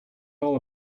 all